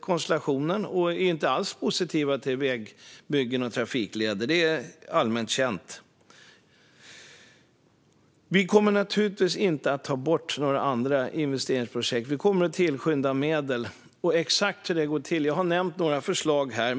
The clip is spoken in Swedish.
konstellationen där, och de är inte alls positiva till vägbyggen och trafikleder. Det är allmänt känt. Vi kommer naturligtvis inte att ta bort några andra investeringsprojekt. Vi kommer att tillskjuta medel. Jag har nämnt några förslag här.